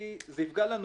כי זה יפגע לנו